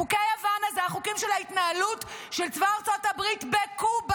חוקי הוואנה הם החוקים של ההתנהלות של צבא ארצות הברית בקובה.